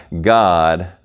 God